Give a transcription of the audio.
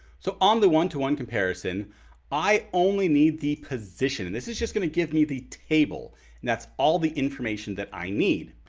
so on um the one-to-one comparison i only need the position. and this is just gonna give me the table and that's all the information that i need.